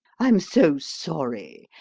i'm so sorry.